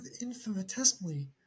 infinitesimally